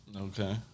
Okay